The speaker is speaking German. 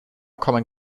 kommen